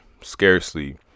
scarcely